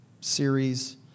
series